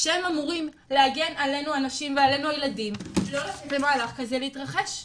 שהם אמורים להגן עלינו הנשים ועלינו הילדים לא לתת למהלך כזה להתרחש.